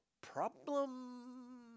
problem